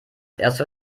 erster